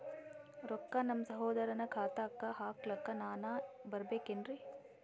ರೊಕ್ಕ ನಮ್ಮಸಹೋದರನ ಖಾತಾಕ್ಕ ಹಾಕ್ಲಕ ನಾನಾ ಬರಬೇಕೆನ್ರೀ?